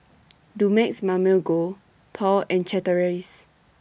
Dumex Mamil Gold Paul and Chateraise